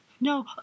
no